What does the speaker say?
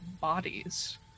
bodies